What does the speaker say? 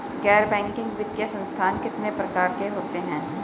गैर बैंकिंग वित्तीय संस्थान कितने प्रकार के होते हैं?